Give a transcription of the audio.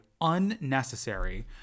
unnecessary